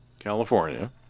California